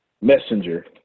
messenger